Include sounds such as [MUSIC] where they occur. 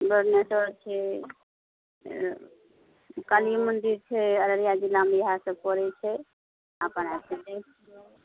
[UNINTELLIGIBLE] छै काली मन्दिर छै अररिया जिलामे इहए सभ पड़ै छै अपन आबि कऽ देख लिअ